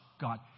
God